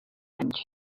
anys